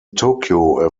tokyo